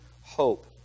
hope